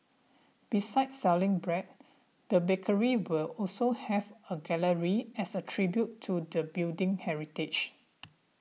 besides selling bread the bakery will also have a gallery as a tribute to the building's heritage